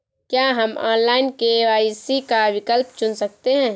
क्या हम online KYC का विकल्प चुन सकते हैं?